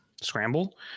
scramble